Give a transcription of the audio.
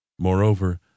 Moreover